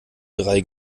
drei